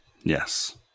Yes